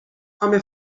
home